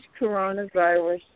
coronavirus